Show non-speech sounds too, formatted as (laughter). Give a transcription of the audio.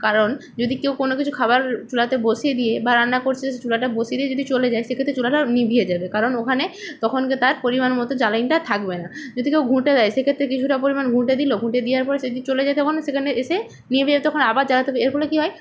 কারণ যদি কেউ কোন কিছু খাবার চুলাতে বসিয়ে দিয়ে বা রান্না করছে সে চুলাটা বসিয়ে দিয়ে যদি চলে যায় সেক্ষেত্তে চুলাটা নিভিয়ে যাবে কারণ ওখানে তখনকে তার পরিমাণ মতো জ্বালানিটা আর থাকবে না যদি কেউ ঘুঁটে দেয় সেক্ষেত্তে কিছুটা পরিমাণ ঘুঁটে দিল ঘুঁটে দিয়ার পরে সে যদি চলে যায় তখন সেখানে এসে নিভে (unintelligible) তখন আবার জ্বালাতে হবে এর ফলে কি হয়